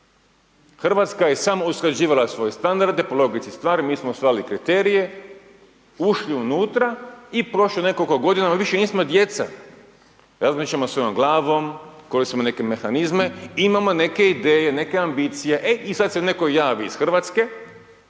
Hrvatska je samo usklađivala svoje standarde po logici stvari, mi smo usvajali kriterije, ušli unutra i prošlo je nekoliko godina, no više nismo djeca, razmišljamo svojom glavom, koristimo neke mehanizme, imamo neke ideje, neke ambicije, e i sad se netko javi iz Hrvatske,